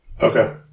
Okay